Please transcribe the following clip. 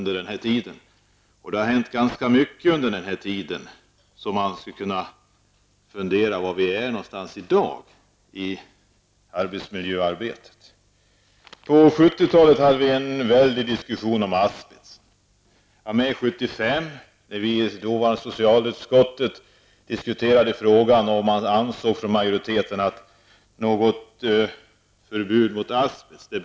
Det har hänt ganska mycket under denna tid, och man kan fundera över var vi befinner oss i dag i arbetslivet. På 1970-talet hade vi en väldig diskussion om asbest. När vi i socialutskottet 1975 diskuterade frågan om ett förbud mot asbest, ansåg majoriteten att något förbud inte behövdes.